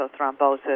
thrombosis